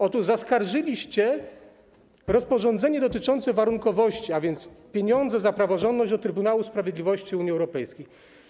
Otóż zaskarżyliście rozporządzenie dotyczące warunkowości - pieniądze za praworządność - do Trybunału Sprawiedliwości Unii Europejskiej.